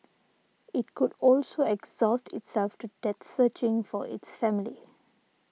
it could also exhaust itself to death searching for its family